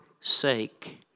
sake